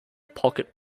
pocket